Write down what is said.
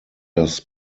das